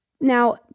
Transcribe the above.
now